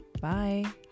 Bye